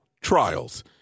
trials